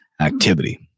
activity